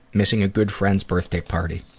missing a good friend's birthday party.